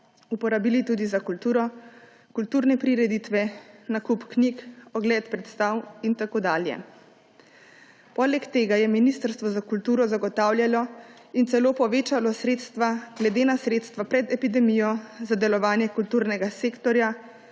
uporabili tudi za kulturo, kulturne prireditve, nakup knjig, ogled predstav in tako dalje. Poleg tega je Ministrstvo za kulturo zagotavljalo in celo povečalo sredstva glede na sredstva pred epidemijo za delovanje kulturnega sektorja,